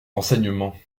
renseignements